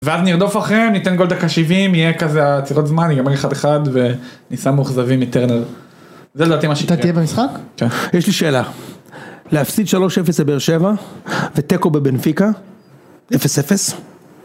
ואז נרדוף אחריהם, ניתן גול דקה 70, יהיה כזה עצירות זמן, יגמר 1-1 וניסע מאוכזבים מטרנר. זה לדעתי מה שתהיה. אתה תהיה במשחק? כן. יש לי שאלה. להפסיד 3-0 לבאר שבע, ותיקו בבנפיקה, 0-0?